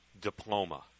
Diploma